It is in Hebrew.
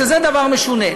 שזה דבר משונה.